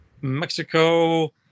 Mexico